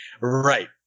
right